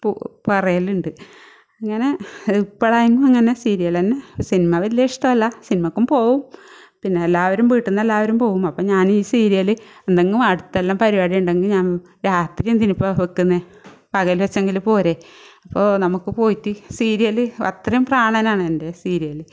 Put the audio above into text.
പറയലുണ്ട് ഇങ്ങനെ ഇപ്പോഴെങ്കിലും ഇങ്ങനെ സീരിയൽതന്നെ സിനിമ വല്യ ഇഷ്ടമല്ല സിനിമക്കും പോവും പിന്നെ എല്ലാവരും വീട്ടിൽനിന്ന് എല്ലാവരും പോവും അപ്പം ഞാൻ ഈ സീരിയൽ എന്നെങ്കിലും അടുത്തെല്ലാം പരിപാടിയുണ്ടെങ്കിൽ ഞാൻ രാത്രി എന്തിനിപ്പ വെക്കുന്നത് പകൽ വെച്ചെങ്കിൽ പോരെ അപ്പോൾ നമുക്ക് പോയിട്ട് സീരിയല് അത്രയും പ്രാണനാണെൻ്റെ സീരിയല്